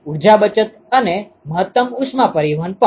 ઊર્જા બચત અને મહત્તમ ઉષ્મા પરીવહન પણ